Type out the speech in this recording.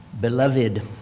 beloved